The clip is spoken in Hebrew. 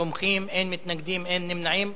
17 תומכים, אין מתנגדים, אין נמנעים.